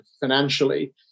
financially